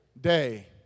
day